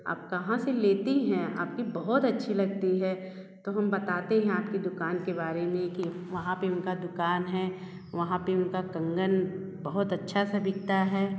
आप कहाँ से लेती हैं आपकी बहुत अच्छी लगती है तो हम बताते हैं आपकी दुकान के बारे में कि वहाँ पर उनका दुकान है वहाँ पर उनका कंगन बहुत अच्छा सा बिकता है